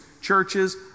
churches